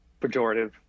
pejorative